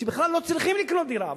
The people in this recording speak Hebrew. שבכלל לא צריכים לקנות דירה,